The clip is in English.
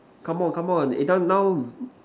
come on come on eh just now